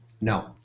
No